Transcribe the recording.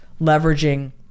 leveraging